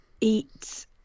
eat